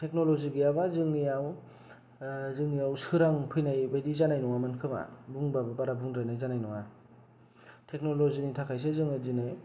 technology गैयाब्ला जोंनियाव जोंनियाव सोरां फैनायबादि जानाय नङामोन खोमा बुंबाबो बारा बुंद्रायनाय जानाय नङा टेकनलजिनि थाखायसो जोङो दिनै